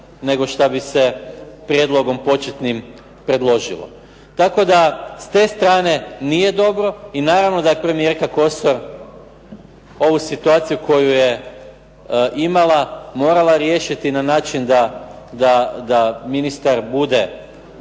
nego što bi se prijedlogom početnim predložilo. Tako da s te strane nije dobro i naravno da premijerka Kosor ovu situaciju koju je imala morala riješiti na način da ministar bude netko